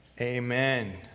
amen